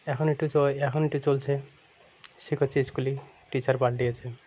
এখন একটু চ এখন একটু চলছে সে করছে স্কুলে টিচার বাড় দিয়েছে